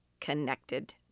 connected